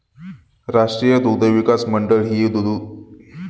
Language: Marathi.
राष्ट्रीय दुग्धविकास मंडळ ही दुग्धोत्पादनाची काळजी घेणारी सरकारी संस्था आहे